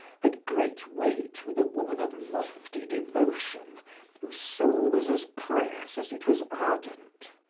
had great weight with a woman of lofty devotion whose soul was as pious as it was ardent.